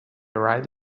right